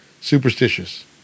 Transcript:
Superstitious